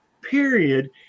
period